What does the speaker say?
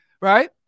right